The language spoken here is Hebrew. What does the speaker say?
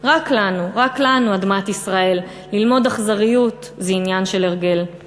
רק לנו רק לנו / אדמת ישראל / ללמוד אכזריות / זה עניין של הרגל //